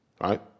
Right